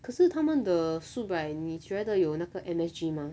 可是他们的 soup right 你觉得有那个 M_S_G 吗